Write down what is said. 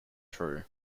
true